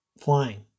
flying